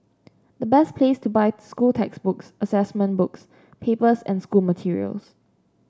the best place to buy school textbooks assessment books papers and school materials